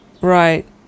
Right